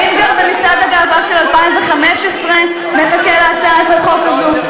האם גם במצעד הגאווה של 2015 נחכה להצעת החוק הזו?